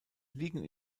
liegen